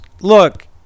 look